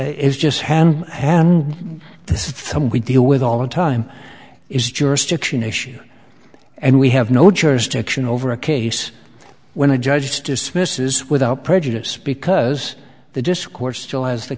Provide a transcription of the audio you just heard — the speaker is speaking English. is some we deal with all the time is jurisdiction issue and we have no jurisdiction over a case when a judge dismisses without prejudice because the discourse still has the